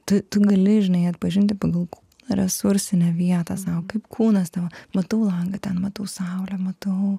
tu gali žinai atpažinti pagal resursinę vietą sau kaip kūnas tavo matau langą ten matau saulę matau